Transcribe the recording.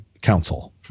council